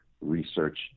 research